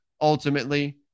Ultimately